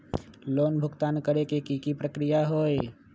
Loan भुगतान करे के की की प्रक्रिया होई?